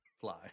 Fly